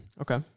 Okay